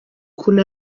ukuntu